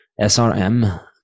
SRM